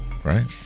Right